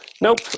Nope